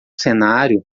cenário